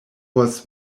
was